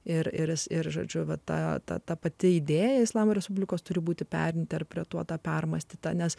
ir ir ir žodžiu vata ta pati idėja islamo respublikos turi būti perinterpretuota permąstyta nes